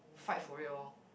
fight for it orh